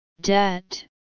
Debt